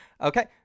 Okay